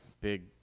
big